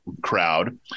crowd